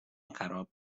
خراب